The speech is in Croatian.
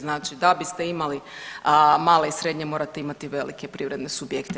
Znači da biste imali male i srednje morate imati velike privredne subjekte.